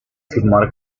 firmar